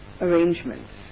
arrangements